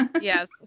yes